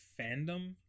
fandom